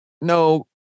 no